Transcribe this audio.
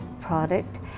product